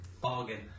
Bargain